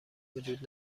وجود